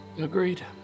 Agreed